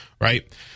right